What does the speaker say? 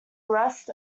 arrest